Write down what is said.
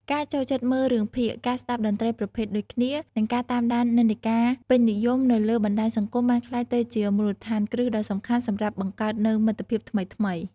ការចូលចិត្តមើលរឿងភាគ ការស្តាប់តន្ត្រីប្រភេទដូចគ្នា និងការតាមដាននិន្នាការពេញនិយមនៅលើបណ្ដាញសង្គមបានក្លាយទៅជាមូលដ្ឋានគ្រឹះដ៏សំខាន់សម្រាប់បង្កើតនូវមិត្តភាពថ្មីៗ។